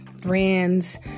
friends